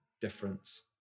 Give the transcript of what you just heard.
difference